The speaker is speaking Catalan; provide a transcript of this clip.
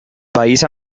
país